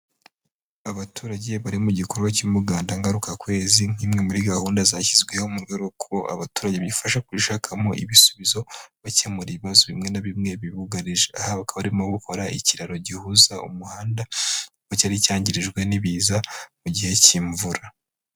Abaturage bari mugikorwa cy'umuganda ngarukakwezi nk'imwe muri gahunda zashyizweho mu rwego rw'uko abaturage bifasha kwishakamo ibisubizo bakemura ibibazo bimwe na bimwe bibugarije. Aha bakaba barimo gukora ikiraro gihuza umuhanda kuko cyari cyangirijwe n'ibiza mugihe cy'imvura.